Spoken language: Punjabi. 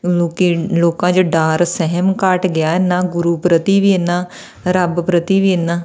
ਲੋਕ ਲੋਕਾਂ 'ਚ ਡਰ ਸਹਿਮ ਘੱਟ ਗਿਆ ਇੰਨਾਂ ਗੁਰੂ ਪ੍ਰਤੀ ਵੀ ਇੰਨਾਂ ਰੱਬ ਪ੍ਰਤੀ ਵੀ ਇੰਨਾਂ